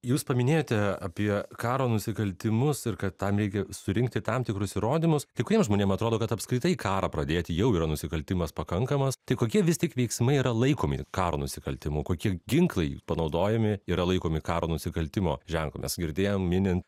jūs paminėjote apie karo nusikaltimus ir kad tam reikia surinkti tam tikrus įrodymus kai kuriem žmonėm atrodo kad apskritai karą pradėti jau yra nusikaltimas pakankamas tai kokie vis tik veiksmai yra laikomi karo nusikaltimu kokie ginklai panaudojami yra laikomi karo nusikaltimo ženklu mes girdėjom minin